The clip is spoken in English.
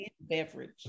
beverage